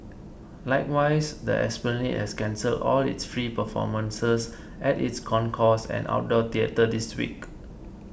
likewise the Esplanade has cancelled all its free performances at its concourse and outdoor theatre this week